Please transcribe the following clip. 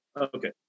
okay